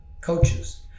coaches